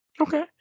Okay